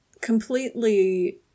completely